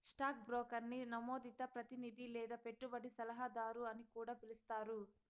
stock బ్రోకర్ని నమోదిత ప్రతినిది లేదా పెట్టుబడి సలహాదారు అని కూడా పిలిస్తారు